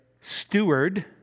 steward